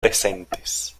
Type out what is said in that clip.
presentes